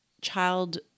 child